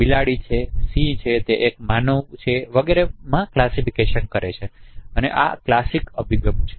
બિલાડી છે સિંહ છે તે એક માનવ છે વગેરેમાં વર્ગીકરણ કરે છે તેથી આ ક્લાસિકલ અભિગમ છે